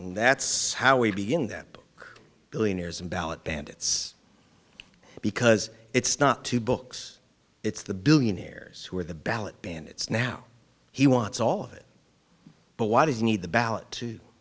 and that's how we begin them billionaires and ballot bandits because it's not two books it's the billionaires who are the ballot bandits now he wants all of it but why does need the ballot to